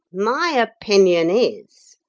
my opinion is,